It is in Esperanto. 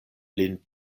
lin